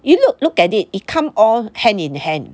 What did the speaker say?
you look look at it it come all hand in hand